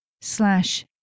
slash